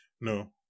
no